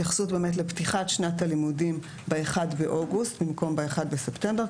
התייחסות לפתיחת שנת הלימודים ב-1 באוגוסט במקום ב-1 בספטמבר.